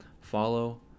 Follow